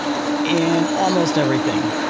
in almost everything.